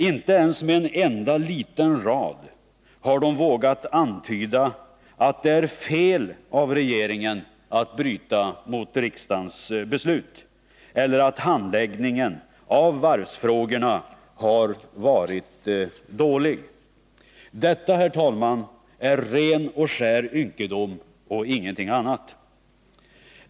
Inte med en enda liten rad har de vågat antyda att det är fel av regeringen att bryta mot riksdagens beslut eller att handläggningen av varvsfrågorna har varit dålig. Detta, herr talman, är ren och skär ynkedom och ingenting annat.